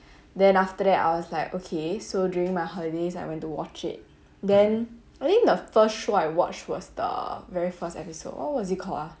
then after that I was like okay so during my holidays I went to watch it then I think the first show I watch was the very first episode what was it called ah